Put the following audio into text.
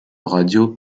radio